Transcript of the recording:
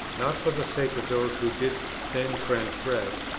not for the sake of those who did then transgress,